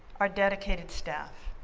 our dedicated staff,